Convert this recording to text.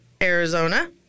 Arizona